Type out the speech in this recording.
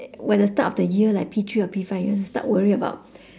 when the start of the year like P three or P five you have to start worry about